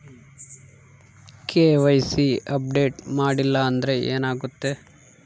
KYC update ಮಾಡಿಲ್ಲ ಅಂದ್ರೆ ಏನಾಗುತ್ತೆ?